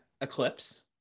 eclipse